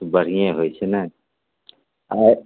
बढ़ियें होइ छै ने